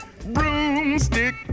Broomstick